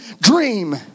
dream